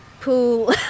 pool